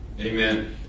Amen